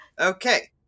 Okay